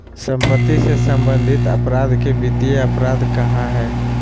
सम्पत्ति से सम्बन्धित अपराध के वित्तीय अपराध कहइ हइ